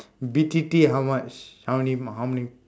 B_T_T how much how many mark how many